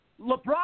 LeBron